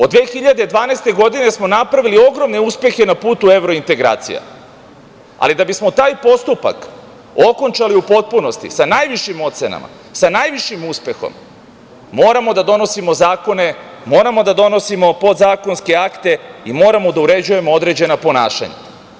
Od 2012. godine smo napravili ogromne uspehe na putu evrointegracija, ali da bismo taj postupak okončali u potpunosti sa najvišim ocenama, sa najvišim uspehom moramo da donosimo zakone, moramo da donosimo podzakonske akte i moramo da uređujemo određena ponašanja.